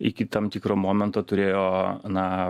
iki tam tikro momento turėjo na